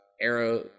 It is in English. arrow